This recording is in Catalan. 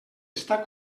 està